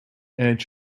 edge